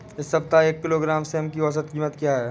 इस सप्ताह एक किलोग्राम सेम की औसत कीमत क्या है?